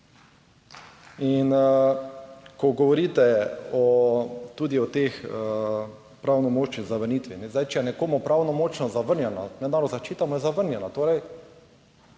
In ko govorite tudi o tej pravnomočni zavrnitvi. Zdaj, če je nekomu pravnomočno zavrnjena mednarodna zaščita, mu je zavrnjena, torej